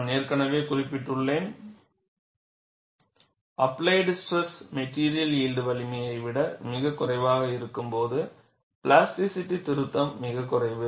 நான் ஏற்கனவே குறிப்பிட்டுள்ளேன் அப்ளைடு ஸ்ட்ரெஸ் மெட்டிரியல் யில்ட் வலிமையை விட மிகக் குறைவாக இருக்கும்போது பிளாஸ்டிசிட்டி திருத்தம் மிகக் குறைவு